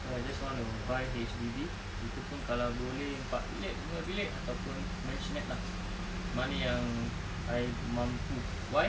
so I just want to buy H_D_B itu pun kalau boleh empat bilik lima bilik ataupun masionette lah mana yang I mampu why